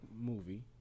movie